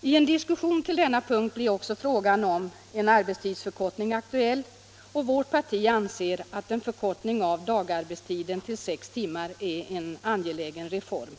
I en diskussion kring denna punkt blir också frågan om en arbetstidsförkortning aktuell. Vårt parti anser att en förkortning av arbetstiden till sex timmar är en angelägen reform.